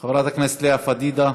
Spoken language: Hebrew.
חברת הכנסת לאה פדידה,